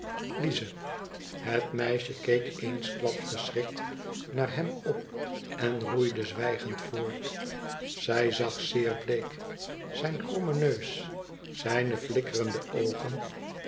het meisje keek eensklaps verschrikt naar hem op en roeide zwijgend voort zij zag zeer bleek zijn kromme neus zijne flikkerende oogen